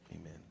Amen